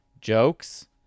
jokes